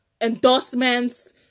endorsements